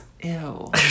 Ew